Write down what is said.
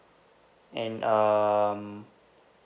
and um